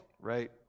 right